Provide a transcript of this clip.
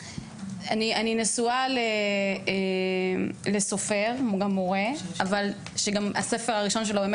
אני נשואה לסופר שהוא גם מורה שהספר הראשון שלו היה